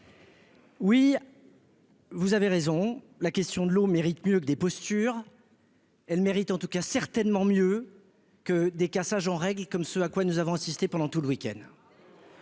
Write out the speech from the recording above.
Oui. Vous avez raison, la question de l'eau mérite mieux que des postures. Elle mérite en tout cas certainement mieux. Que des cassage en règle comme ce à quoi nous avons assisté pendant tout le week-end.